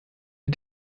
sie